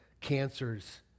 cancers